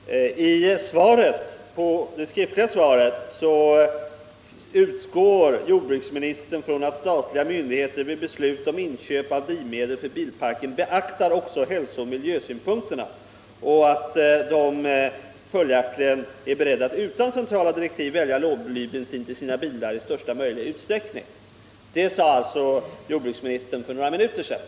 Herr talman! I det skriftliga svaret utgick jordbruksministern från att statliga myndigheter vid beslut om inköp av drivmedel för bilparken beaktar också hälsooch miljösynpunkterna och att myndigheterna följaktligen är beredda att utan centrala direktiv i största möjliga utsträckning välja lågblybensin till sina bilar. Detta sade alltså jordbruksministern för några minuter sedan.